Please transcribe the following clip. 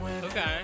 Okay